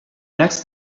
next